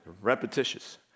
Repetitious